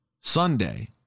Sunday